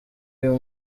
uyu